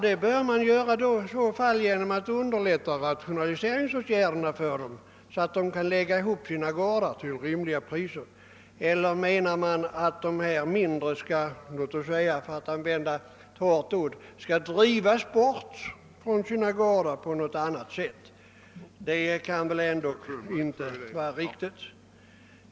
Det bör man i så fall göra genom att underlätta rationaliseringen så att jordbrukarna med statliga garantilån kan lägga ihop sina gårdar eller på annat sätt höja bärkraften. Menar herr Trana att de mindre jordbrukarna skall »drivas bort» från sina gårdar på något annat sätt? Det kan väl inte vara riktigt.